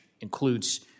includes